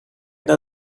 that